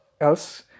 else